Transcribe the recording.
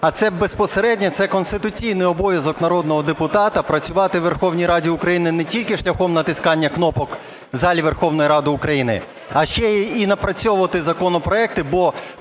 а це безпосередньо це конституційний обов'язок народного депутати працювати у Верховній Раді України не тільки шляхом натискання кнопок в залі Верховної Ради України, а ще і напрацьовувати законопроекти,